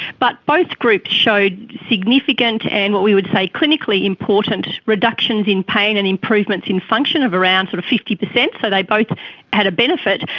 but both groups showed significant and what we would say clinically important reductions in pain and improvements in function of around sort of fifty percent. so they both had a benefit,